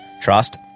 trust